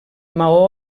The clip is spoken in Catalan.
maó